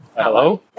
Hello